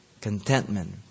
Contentment